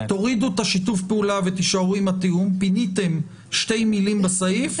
תורידו את שיתוף הפעולה ותישארו עם התיאום - פיניתם שתי מילים בסעיף,